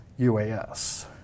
UAS